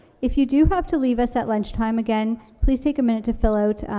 if you do have to leave us at lunch time, again, please take a minute to fill out,